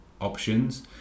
options